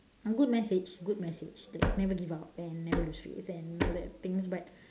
a good message good message never give up and never lose faith and all that things but